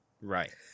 Right